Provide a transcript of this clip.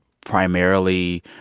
primarily